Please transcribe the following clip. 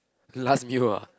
last meal ah